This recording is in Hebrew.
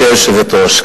גברתי היושבת-ראש,